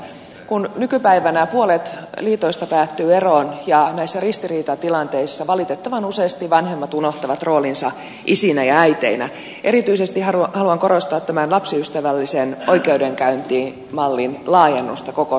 kun nykypäivänä puolet liitoista päättyy eroon ja näissä ristiriitatilanteissa valitettavan useasti vanhemmat unohtavat roolinsa isinä ja äiteinä erityisesti haluan korostaa lapsiystävällisen oikeudenkäyntimallin laajennusta koko suomeen